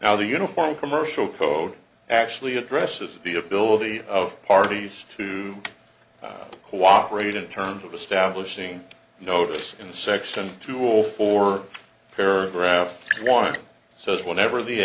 now the uniform commercial code actually addresses the ability of parties to cooperate in terms of establishing notice in section tool for paragraph one so whenever the